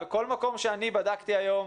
בכל מקום שאני בדקתי היום,